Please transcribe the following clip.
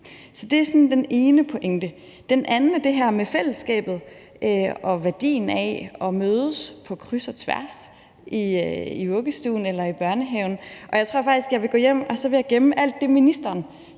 Det er sådan den ene pointe. Den anden er det her med fællesskabet og værdien af at mødes på kryds og tværs i vuggestuen eller i børnehaven, og jeg tror faktisk, at jeg vil gå hjem og gemme alt det, ministeren